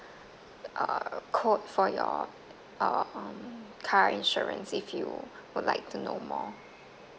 uh quote for your um car insurance if you would like to know more